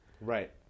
Right